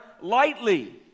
lightly